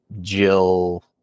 Jill